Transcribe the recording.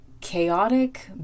chaotic